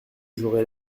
j’aurais